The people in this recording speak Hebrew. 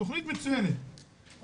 התוכנית מצוינת,